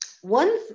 One